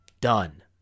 Done